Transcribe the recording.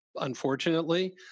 unfortunately